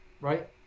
right